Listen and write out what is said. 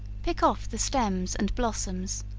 pick off the stems and blossoms,